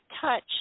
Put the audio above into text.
touch